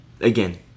again